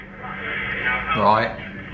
right